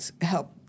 help